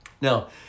Now